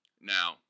Now